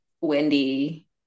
Wendy